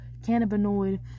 cannabinoid